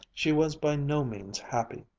she was by no means happy.